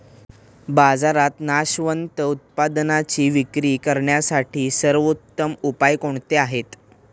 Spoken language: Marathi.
बाजारात नाशवंत उत्पादनांची विक्री करण्यासाठी सर्वोत्तम उपाय कोणते आहेत?